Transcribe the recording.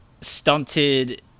stunted